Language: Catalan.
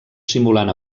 simulant